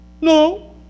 No